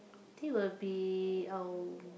think will be uh